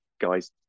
guys